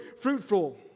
fruitful